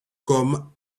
comme